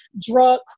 drug